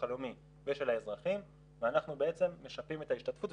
הלאומי ושל האזרחים ואנחנו בעצם משפים את ההשתתפות,